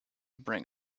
bring